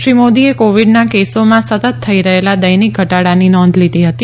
શ્રી મોદીએ કોવિડના કેસોમાં સતત થઇ રહેલા દૈનિક ઘટાડાની નોંધ લીધી હતી